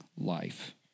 life